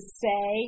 say